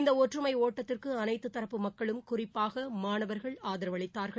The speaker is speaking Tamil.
இந்த ஒற்றுமை ஒட்டத்திற்கு அளைத்து தரப்பு மக்களும் குறிப்பாக மாணவர்கள் ஆதரவளித்தார்கள்